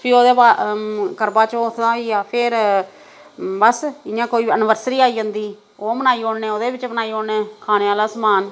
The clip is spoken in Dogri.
फ्ही ओह्दे बाद करवाचौथ दा होइया फिर बस इ'यां कोई एनिवर्सरी आई जंदी ओह् मनाई ओड़ने ओह्दे च बनाई होने खाने आह्ला समान